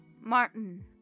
Martin